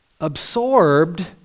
absorbed